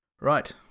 Right